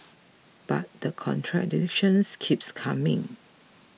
but the contradiction keeps coming